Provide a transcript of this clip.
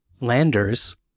landers